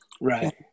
Right